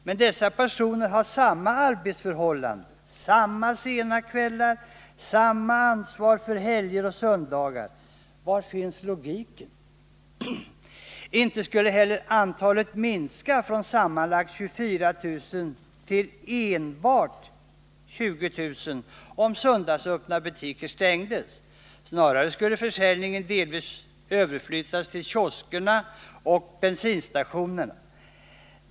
Men dessa personer har samma arbetsförhållanden, samma sena kvällar, samma ansvar för helger och söndagar. Var finns logiken? Inte skulle heller antalet minska från sammanlagt 24 000 till ”enbart” 20 000, om de söndagsöppna butikerna stängdes. Snarare skulle försäljningen delvis överflyttas till kioskerna och bensinstationerna.